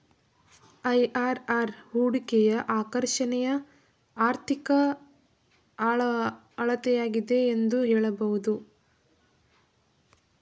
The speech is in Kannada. ಐ.ಆರ್.ಆರ್ ಹೂಡಿಕೆಯ ಆಕರ್ಷಣೆಯ ಆರ್ಥಿಕ ಅಳತೆಯಾಗಿದೆ ಎಂದು ಹೇಳಬಹುದು